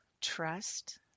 trust